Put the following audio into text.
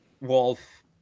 Wolf